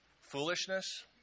foolishness